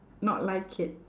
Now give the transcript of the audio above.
not like it